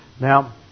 Now